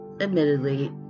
admittedly